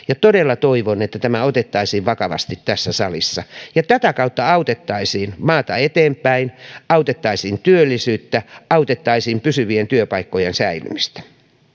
kannatettava todella toivon että tämä otettaisiin vakavasti tässä salissa ja tätä kautta autettaisiin maata eteenpäin autettaisiin työllisyyttä autettaisiin pysyvien työpaikkojen säilymistä